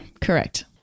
correct